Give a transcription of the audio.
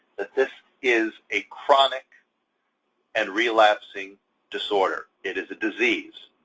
that this is a chronic and relapsing disorder. it is a disease.